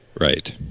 Right